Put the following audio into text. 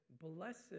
blessed